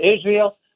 Israel